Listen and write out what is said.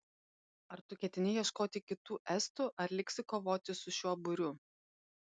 ar tu ketini ieškoti kitų estų ar liksi kovoti su šiuo būriu